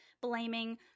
blaming